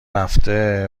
رفته